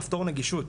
כפתור נגישות,